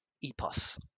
EPOS